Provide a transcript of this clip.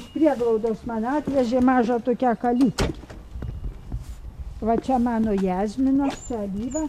iš prieglaudos man atvežė mažą tokią kalytę va čia mano jazminas čia alyva